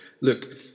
look